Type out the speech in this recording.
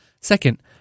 Second